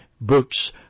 books